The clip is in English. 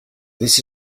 this